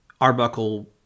Arbuckle